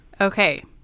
Okay